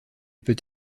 peut